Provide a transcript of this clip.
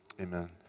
Amen